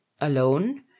alone